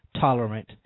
tolerant